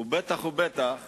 ודאי וודאי